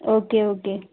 okay okay